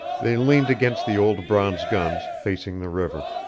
they leaned against the old bronze guns, facing the river.